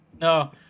No